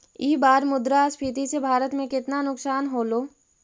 ई बार मुद्रास्फीति से भारत में केतना नुकसान होलो